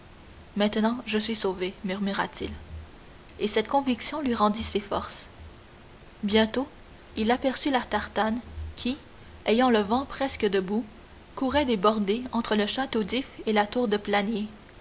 maintenant je suis sauvé murmura-t-il et cette conviction lui rendit ses forces bientôt il aperçut la tartane qui ayant le vent presque debout courait des bordées entre le château d'if et la tour de